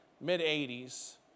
mid-80s